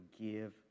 give